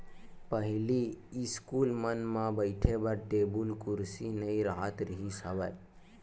पहिली इस्कूल मन म बइठे बर टेबुल कुरसी नइ राहत रिहिस हवय